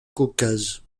caucase